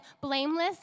blameless